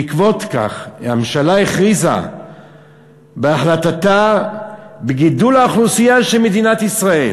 בעקבות כך הממשלה הכריזה בהחלטתה "בגידול האוכלוסייה של מדינת ישראל,